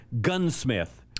gunsmith